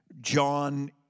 John